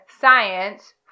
science